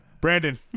Brandon